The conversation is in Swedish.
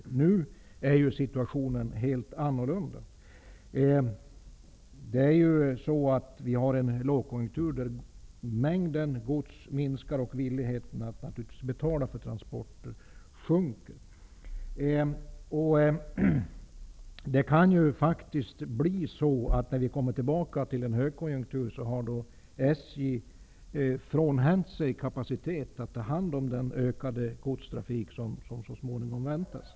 Nu är situationen helt annorlunda. Vi har ju en lågkonjunktur då mängden gods minskar och då även viljan att betala för transporter minskar. När vi åter får en högkonjunktur kan det bli på det sättet att SJ har frånhänt sig kapacitet att ta hand om den ökande mängden godstrafik som så småningom väntas.